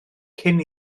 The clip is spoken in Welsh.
cyn